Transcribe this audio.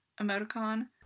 emoticon